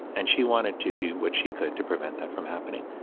and she wanted to do what she could to prevent that from happening.